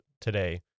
today